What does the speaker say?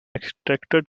extractor